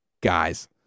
guys